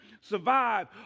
survive